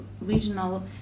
regional